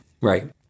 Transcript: Right